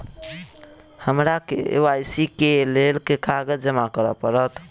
हमरा के.वाई.सी केँ लेल केँ कागज जमा करऽ पड़त?